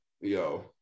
Yo